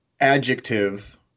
adjective